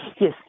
Yes